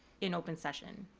in open session.